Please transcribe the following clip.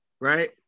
right